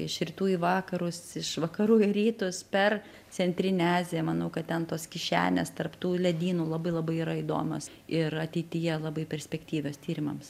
iš rytų į vakarus iš vakarų į rytus per centrinę aziją manau kad ten tos kišenės tarp tų ledynų labai labai yra įdomios ir ateityje labai perspektyvios tyrimams